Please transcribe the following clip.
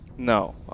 No